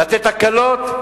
לתת הקלות?